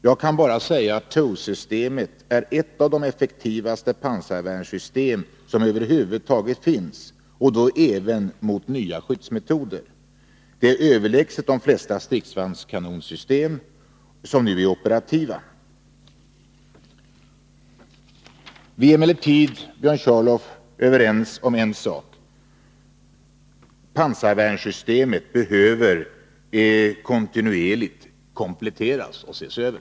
Jag kan bara säga att TOW systemet är ett av de effektivaste pansarvärnssystem som över huvud taget finns och då även mot nya skyddsmetoder. Det är överlägset många av de stridsvagnskanonsystem som nu är operativa. Vi är emellertid, Björn Körlof, överens om en sak: pansarvärnssystemet behöver kontinuerligt kompletteras och ses över.